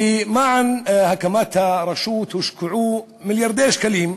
בהקמת הרשות הושקעו מיליארדי שקלים.